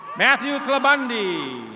matthew clumundi.